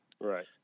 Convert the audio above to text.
right